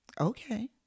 Okay